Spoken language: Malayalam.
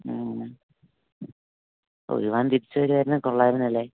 മ്മ് ഒലിവാൻ തിരിച്ചു വരുവായിരുന്നേൽ കൊള്ളാമായിരുന്നല്ലേ